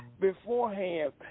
beforehand